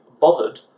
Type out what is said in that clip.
bothered